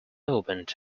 opened